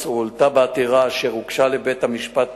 הועלתה בעתירה אשר הוגשה לבית-המשפט